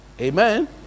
Amen